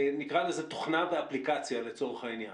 נקרא לזה, תוכנה ואפליקציה, לצורך העניין.